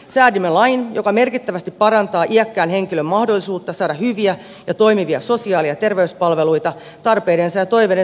säädimme lain joka merkittävästi parantaa iäkkään henkilön mahdollisuutta saada hyviä ja toimivia sosiaali ja terveyspalveluita tarpeidensa ja toiveidensa mukaisesti